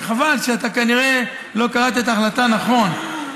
רק חבל שאתה כנראה לא קראת את ההחלטה הנכונה.